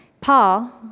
Paul